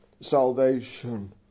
Salvation